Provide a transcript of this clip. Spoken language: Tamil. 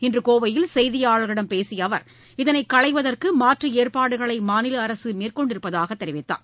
இன்று கோவையில் செய்தியாளர்களிடம் பேசிய அவர் இதனை களைவதற்கு மாற்று ஏற்பாடுகளை மாநில அரசு மேற்கொண்டிருப்பதாக தெரிவித்தார்